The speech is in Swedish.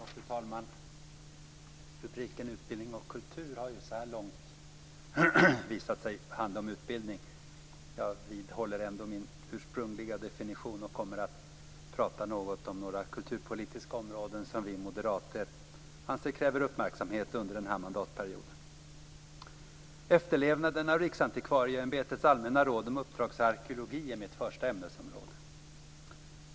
Fru talman! Rubriken Utbildning och kultur har ju så här långt visat sig handla om utbildning. Jag vidhåller min ursprungliga definition och kommer att prata om några kulturpolitiska områden som vi moderater anser kräver uppmärksamhet under den här mandatperioden. Efterlevnaden av Riksantikvarieämbetets allmänna råd om uppdragsarkeologin är mitt första ämnesområde.